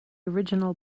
original